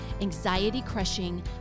anxiety-crushing